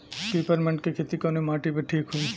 Peppermint के खेती कवने माटी पे ठीक होई?